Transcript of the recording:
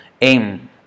aim